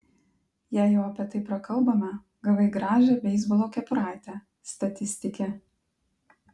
jei jau apie tai prakalbome gavai gražią beisbolo kepuraitę statistike